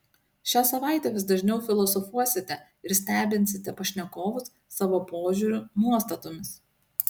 šią savaitę vis dažniau filosofuosite ir stebinsite pašnekovus savo požiūriu nuostatomis